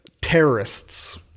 terrorists